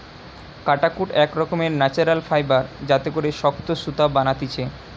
কাটাকুট এক রকমের ন্যাচারাল ফাইবার যাতে করে শক্ত সুতা বানাতিছে